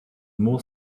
more